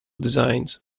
designs